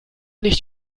nicht